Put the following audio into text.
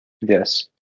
Yes